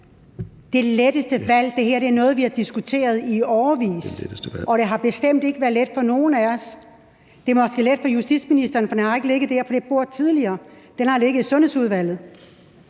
Det letteste valg? Det her er noget, som vi har diskuteret i årevis, og det har bestemt ikke været let for nogen af os. Det er måske let for justitsministeren, fordi det ikke har ligget på det bord tidligere, men det har ligget i Sundhedsudvalget,